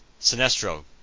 Sinestro